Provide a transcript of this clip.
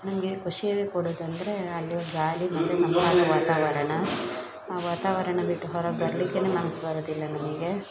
ನನಗೆ ಖುಷಿ ಕೊಡುವುದಂದ್ರೆ ಅಲ್ಲಿಯ ಗಾಳಿ ಮತ್ತು ತಂಪಾದ ವಾತಾವರಣ ಆ ವಾತಾವರಣ ಬಿಟ್ಟು ಹೊರಗೆ ಬರ್ಲಿಕ್ಕೇ ಮನ್ಸು ಬರುವುದಿಲ್ಲ ನಮಗೆ